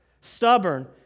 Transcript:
stubborn